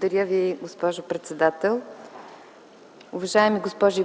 Благодаря Ви, госпожо председател. Уважаеми госпожи и